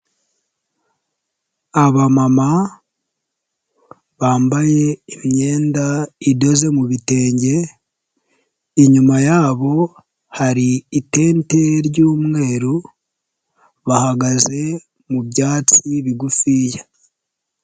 Abamama, bambaye imyenda idoze mu bitenge, inyuma yabo hari itente ry'umweru ,bahagaze mu byatsi bigufiya.